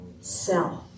Self